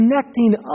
connecting